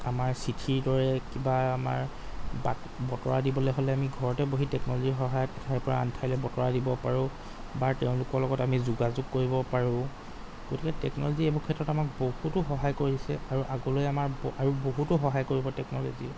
আমাৰ চিঠিৰ দৰে কিবা আমাৰ বতৰা দিবলৈ হ'লে ঘৰতে বহি টেকনলজিৰ সহায়ত এঠাইৰপৰা আনঠাইলৈ বতৰা দিব পাৰোঁ বা তেওঁলোকৰ লগত আমি যোগাযোগ কৰিব পাৰোঁ গতিকে টেকনলজিয়ে এইবোৰ ক্ষেত্ৰত আমাক বহুতো সহায় কৰিছে আৰু আগলৈ আমাৰ আৰু বহুতো সহায় কৰিব টেকনলজিয়ে